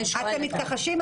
אתם מתכחשים?